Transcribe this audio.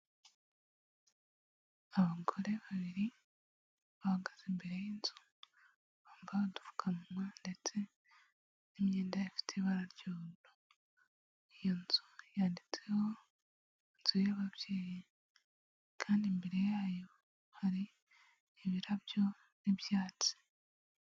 Abagore babiri bahagaze imbere y'inzu bambaye udupfukamunwa ndetse n'imyenda ifite ibara ry'umuhondo. Iyo nzu yanditseho inzu y'ababyeyi kandi imbere yayo hari ibirabyo n'ibyatsi.